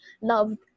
loved